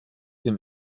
them